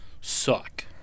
suck